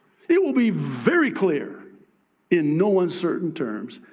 it will be very clear in no uncertain terms.